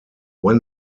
when